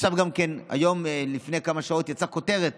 עכשיו גם כן, היום, לפני כמה שעות, יצאה כותרת